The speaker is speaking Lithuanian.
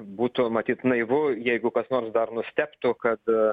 būtų matyt naivu jeigu kas nors dar nustebtų kad